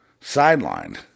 sidelined